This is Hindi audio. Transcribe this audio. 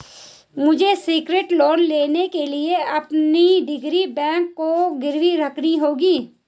मुझे सेक्योर्ड लोन लेने के लिए अपनी डिग्री बैंक को गिरवी रखनी होगी